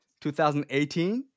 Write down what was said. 2018